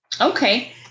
Okay